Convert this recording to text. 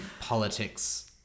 politics